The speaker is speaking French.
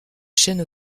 chaîne